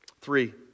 Three